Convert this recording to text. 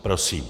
Prosím.